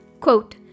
Quote